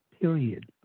period